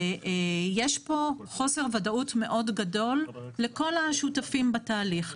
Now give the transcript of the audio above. ויש פה חוסר ודאות מאוד גדול לכל השותפים בתהליך.